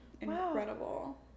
Incredible